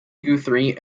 guthrie